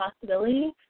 possibility